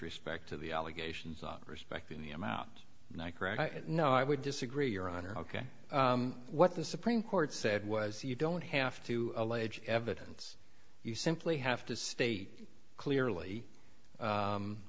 respect to the allegations respecting the amount no i would disagree your honor ok what the supreme court said was you don't have to allege evidence you simply have to state clearly